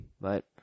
but-